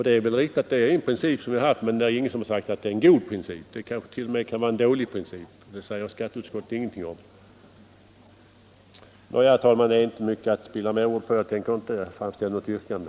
Det är väl riktigt att det är en princip som vi har haft, men det är ingen som har sagt att det är en god princip — det kan kanske t.o.m. vara en dålig princip. Det säger skatteutskottet ingenting om. Herr talman! Det är inte mycket mening i att spilla mer ord på detta, och jag tänker inte framställa något yrkande.